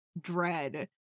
dread